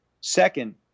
Second